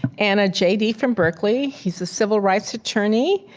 and a j d. from berkeley. he's a civil rights attorney,